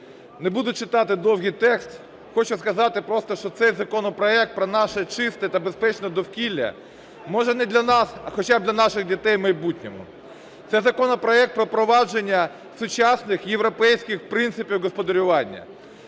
Не буду читати довгий текст, хочу сказати просто, що цей законопроект про наше чисте та безпечне довкілля, може, не для нас, а хоча б для наших дітей в майбутньому. Це законопроект про впровадження сучасних європейських принципів господарювання.